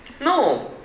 No